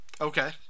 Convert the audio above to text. okay